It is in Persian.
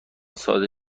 ساده